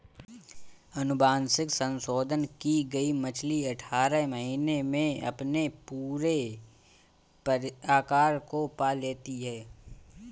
अनुवांशिक संशोधन की गई मछली अठारह महीने में अपने पूरे आकार को पा लेती है